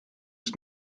ich